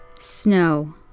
snow